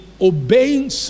obeying